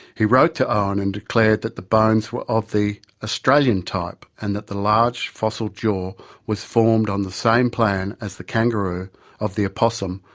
he wrote to owen and declared that the bones were of the australian type, and, that the large fossil jaw was formed on the same plan as the kangaroo of the opossum,